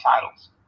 titles